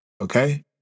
okay